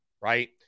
right